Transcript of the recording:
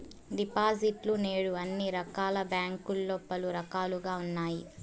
డిపాజిట్లు నేడు అన్ని రకాల బ్యాంకుల్లో పలు రకాలుగా ఉన్నాయి